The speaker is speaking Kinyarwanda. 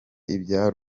ibya